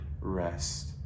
rest